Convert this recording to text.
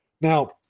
Now